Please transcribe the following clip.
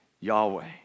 Yahweh